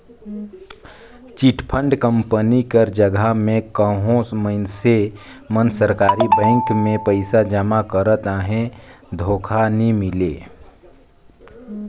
chit fund company कर जगहा में कहों मइनसे मन सरकारी बेंक में पइसा जमा करत अहें धोखा नी मिले